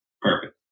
Perfect